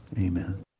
amen